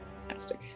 fantastic